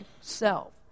self